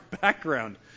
background